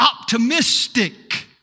optimistic